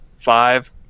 five